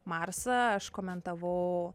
marsą aš komentavau